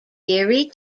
erie